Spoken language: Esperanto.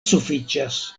sufiĉas